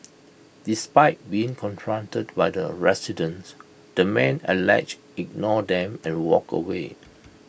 despite being confronted by the residents the man allegedly ignored them and walked away